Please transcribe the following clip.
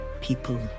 People